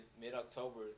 mid-October